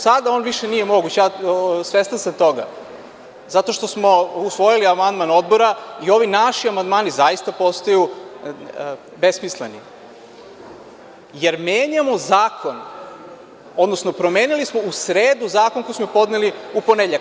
Sada on više nije moguć, svestan sam toga, zato što smo usvojili amandman Odbora i ovi naši amandmani zaista postaju besmisleni, jer menjamo zakon, odnosno promenili smo u sredu zakon koji smo podneli u ponedeljak.